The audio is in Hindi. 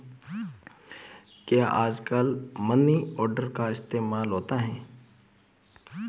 क्या आजकल मनी ऑर्डर का इस्तेमाल होता है?